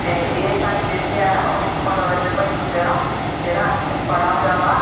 ते एह् साढ़ी जेह्ड़ी ऐ इक मनोंरंजन बनी चुके दा ऐ जेह्ड़ा असें बड़ा जादा